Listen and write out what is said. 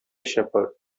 shepherd